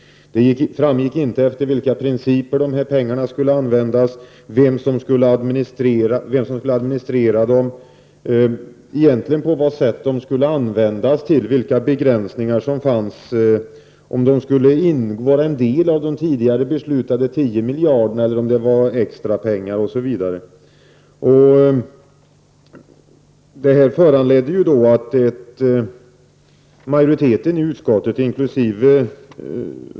Det framgick inte efter vilka principer pengarna skulle användas och vem som skulle administrera dem. Det sades egentligen inte vad de skulle användas till, vilka begränsningar som fanns, om beloppet skulle vara en del av de tidigare beslutade 10 miljarderna eller om det var extra pengar, osv. Det här föranledde då att majoriteten i utskottet, inkl.